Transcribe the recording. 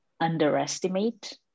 underestimate